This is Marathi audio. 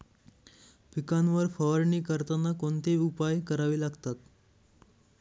पिकांवर फवारणी करताना कोणते उपाय करावे लागतात?